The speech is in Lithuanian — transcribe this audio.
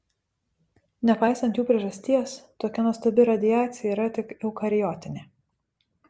nepaisant jų priežasties tokia nuostabi radiacija yra tik eukariotinė